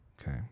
Okay